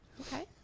Okay